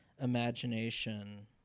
imagination